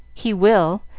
he will.